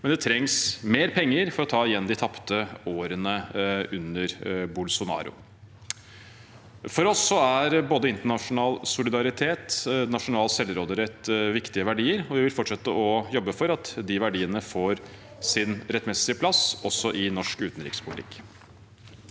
men det trengs mer penger for å ta igjen de tapte årene under Bolsonaro. For oss er både internasjonal solidaritet og nasjonal selvråderett viktige verdier, og vi vil fortsette å jobbe for at de verdiene får sin rettmessige plass også i norsk utenrikspolitikk.